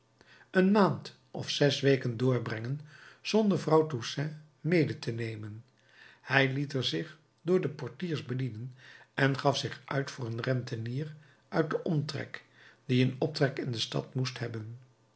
een maand of zes weken doorbrengen zonder vrouw toussaint mede te nemen hij liet er zich door de portiers bedienen en gaf zich uit voor een rentenier uit den omtrek die een optrek in de stad moest hebben